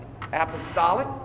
Apostolic